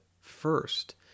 first